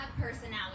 personality